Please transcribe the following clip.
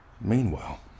Meanwhile